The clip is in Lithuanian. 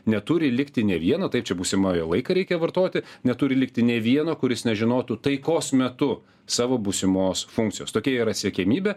neturi likti nė vieno taip čia būsimąjį laiką reikia vartoti neturi likti nė vieno kuris nežinotų taikos metu savo būsimos funkcijos tokia yra siekiamybė